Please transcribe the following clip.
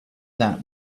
that